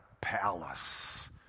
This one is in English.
palace